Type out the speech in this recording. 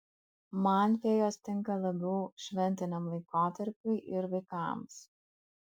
man fėjos tinka labiau šventiniam laikotarpiui ir vaikams